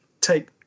take